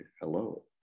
hello